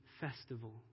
festival